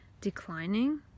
declining